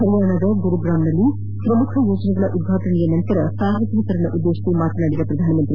ಪರಿಯಾಣದ ಗುರುಗ್ರಮದಲ್ಲಿ ಶ್ರಮುಖ ಯೋಜನೆಗಳ ಉದ್ಘಾಟನೆಯ ನಂತರ ಸಾರ್ವಜನಿಕರನ್ನುದ್ದೇತಿಸಿ ಮಾತನಾಡಿದ ಪ್ರಧಾನಿ